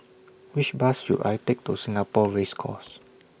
Which Bus should I Take to Singapore Race Course